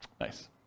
Nice